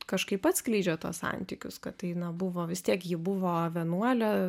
kažkaip atskleidžia tuos santykius kad tai na buvo vis tiek ji buvo vienuolė